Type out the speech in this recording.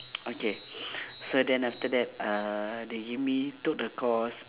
okay so then after that uh they give me took the course